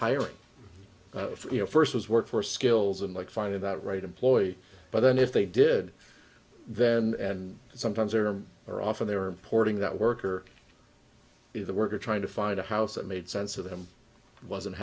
hiring you know first was workforce skills and like finding that right employee but then if they did then and sometimes there are often they're importing that worker in the worker trying to find a house that made sense to them and wasn't